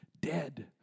dead